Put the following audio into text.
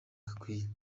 gakwiye